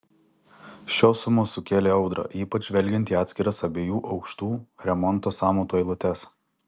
šios sumos sukėlė audrą ypač žvelgiant į atskiras abiejų aukštų remonto sąmatų eilutes